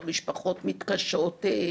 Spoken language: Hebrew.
או משפחות מתקשות,